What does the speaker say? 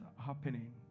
happening